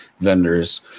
Vendors